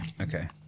Okay